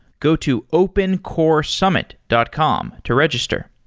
go to opencoresummit dot com to register.